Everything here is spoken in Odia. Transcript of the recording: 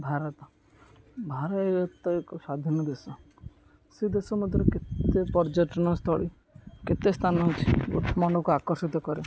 ଭାରତ ଭାରତ ଏକ ସ୍ଵାଧୀନ ଦେଶ ସେ ଦେଶ ମଧ୍ୟରେ କେତେ ପର୍ଯ୍ୟଟନସ୍ଥଳୀ କେତେ ସ୍ଥାନ ହେଉଛି ଲୋକମାନଙ୍କୁ ଆକର୍ଷିତ କରେ